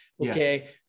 Okay